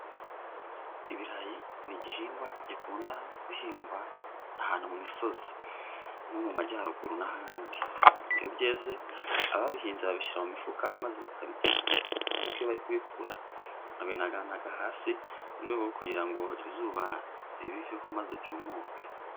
Ibirayi ni igihingwa gikunda guhingwa ahantu mu misozi nko mu majyaruguru n'ahandi. Iyo byeze ababihinze babishyira mu mifuka maze bakabijyana ariko iyo bari kubikura, babinaganaga hasi mu rwego rwo kugira ngo izuba ribiveho maze byumuke.